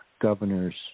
governors